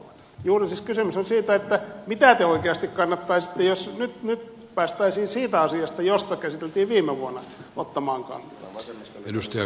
kysymys on siis juuri siitä mitä te oikeasti kannattaisitte jos nyt päästäisiin siihen asiaan jota käsiteltiin viime vuonna ottamaan kantaa